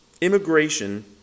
immigration